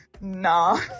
nah